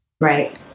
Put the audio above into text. Right